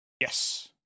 Yes